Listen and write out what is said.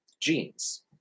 Genes